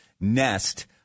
Nest